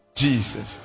jesus